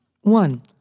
One